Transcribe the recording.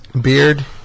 beard